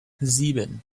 sieben